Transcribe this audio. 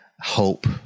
hope